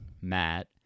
Matt